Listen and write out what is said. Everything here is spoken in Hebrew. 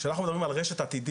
כאשר אנחנו מדברים על רשת עתידית,